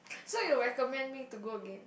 so you recommend me to go again